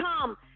come